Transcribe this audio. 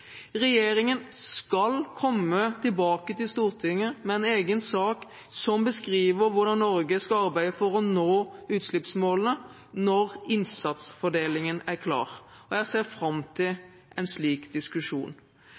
Regjeringen skal komme tilbake til Stortinget med en egen sak som beskriver hvordan Norge skal arbeide for å nå utslippsmålene, når innsatsfordelingen er klar. Jeg ser fram til en slik diskusjon.